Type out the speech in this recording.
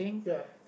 ya